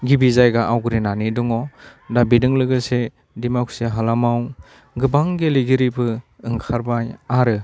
गिबि जायगा आवग्रिनानै दङ दा बेजों लोगोसे दिमाकुसि हालामाव गोबां गेलेगिरिबो ओंखारबाय आरो